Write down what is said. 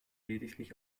lediglich